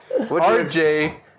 RJ